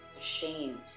ashamed